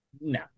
No